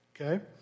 okay